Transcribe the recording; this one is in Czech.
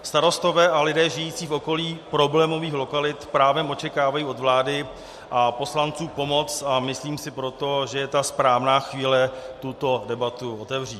Starostové a lidé žijící v okolí problémových lokalit právem očekávají od vlády a poslanců pomoc, a myslím si proto, že je ta správná chvíle tuto debatu otevřít.